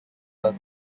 led